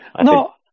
No